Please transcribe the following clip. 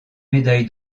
médaille